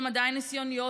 שהן עדיין ניסיונות,